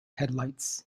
headlights